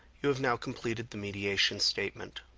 you have now completed the mediation statement.